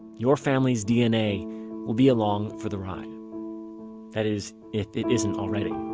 your family's dna will be along for the ride that is, if it isn't already